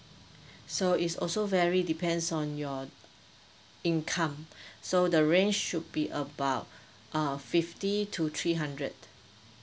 so is also very depends on your income so the range should be about uh fifty to three hundred